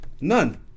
None